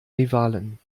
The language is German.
rivalen